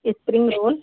spring roll